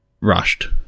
rushed